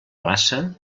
plaça